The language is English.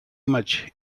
much